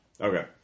Okay